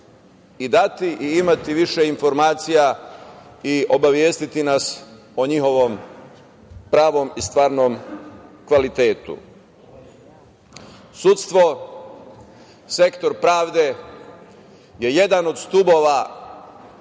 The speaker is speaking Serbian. dati i imati više informacija i obavestiti nas o njihovom pravom i stvarnom kvalitetu. Sudstvo, sektor pravde je jedan od stubova